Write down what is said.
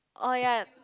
orh ya